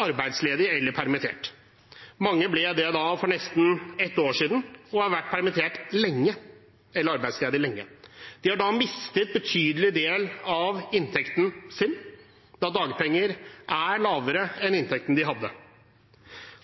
eller permittert. Mange ble det for nesten et år siden og har vært permittert eller arbeidsledige lenge. De har da mistet en betydelig del av inntekten sin da dagpengene er lavere enn inntekten de hadde.